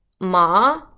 ma